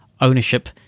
ownership